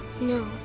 No